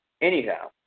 anyhow